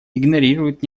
игнорируют